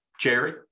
Jerry